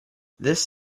this